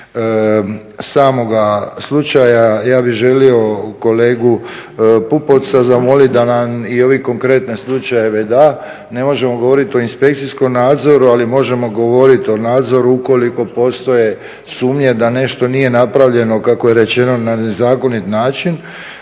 samoga slučaja ja bih želio kolegu Pupovca zamoliti da nam i ove konkretne slučajeve da. Ne možemo govoriti o inspekcijskom nadzoru ali možemo govoriti o nadzoru ukoliko postoje sumnje da nešto nije napravljeno kako je rečeno na nezakonit način.